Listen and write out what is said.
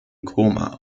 koma